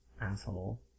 Asshole